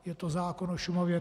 Je to zákon o Šumavě.